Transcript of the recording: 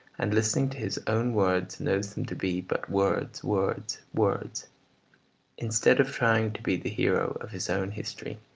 and listening to his own words knows them to be but words, words, words instead of trying to be the hero of his own history,